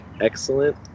excellent